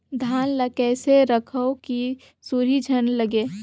धान ल कइसे रखव कि सुरही झन लगे?